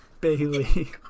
Bailey